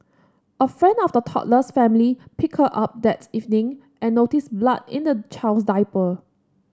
a friend of the toddler's family picked her up that evening and noticed blood in the child's diaper